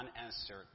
unanswered